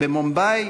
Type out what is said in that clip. במומביי,